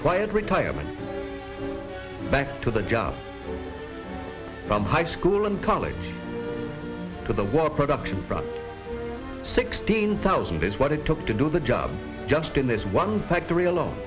quiet retirement back to the job from high school and college to the war production from sixteen thousand is what it took to do the job just in this one factory alone